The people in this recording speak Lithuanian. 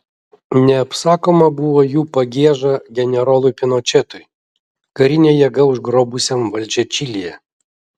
neapsakoma buvo jų pagieža generolui pinočetui karine jėga užgrobusiam valdžią čilėje